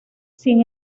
sin